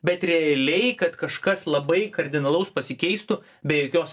bet realiai kad kažkas labai kardinalaus pasikeistų be jokios